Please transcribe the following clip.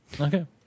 Okay